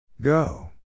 Go